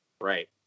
right